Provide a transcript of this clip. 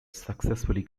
successfully